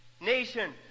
nation